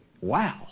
Wow